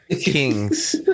Kings